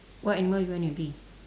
what animal you want to be